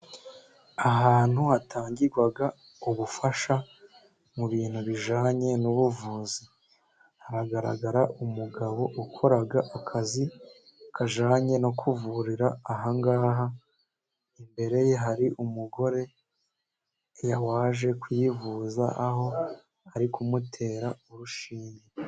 Ahantu hatangirwa ubufasha mu bintu bijyanye n'ubuvuzi. Haragaragara umugabo ukora akazi kajyanye no kuvurira ahangaha. Imbere ye hari umugore waje kwivuza, aho ari kumutera urushinge.